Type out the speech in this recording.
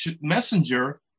messenger